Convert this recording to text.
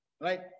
right